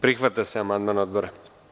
Prihvata se amandman Odbora.